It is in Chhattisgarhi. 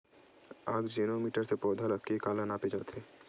आकजेनो मीटर से पौधा के काला नापे जाथे?